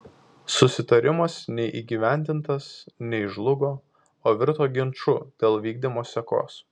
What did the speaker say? susitarimas nei įgyvendintas nei žlugo o virto ginču dėl vykdymo sekos